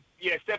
Yes